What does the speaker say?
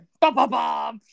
Ba-ba-ba